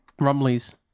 rumley's